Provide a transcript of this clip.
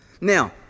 Now